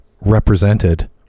represented